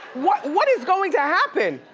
what what is going to happen?